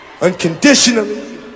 unconditionally